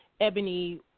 Ebony